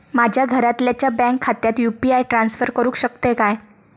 माझ्या घरातल्याच्या बँक खात्यात यू.पी.आय ट्रान्स्फर करुक शकतय काय?